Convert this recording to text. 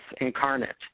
incarnate